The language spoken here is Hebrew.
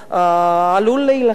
אמור להילחם.